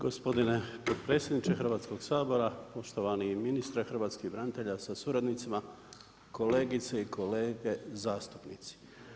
Gospodine potpredsjedniče Hrvatskog sabora, poštovani ministre hrvatskih branitelja sa suradnicima, kolegice i kolege zastupnici.